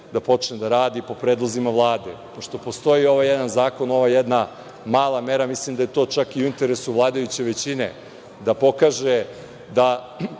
da počne da radi po predlozima Vlade. Pošto postoji ovaj jedan zakon, ova jedna mala mera, mislim da je to čak i u interesu vladajuće većine da pokaže da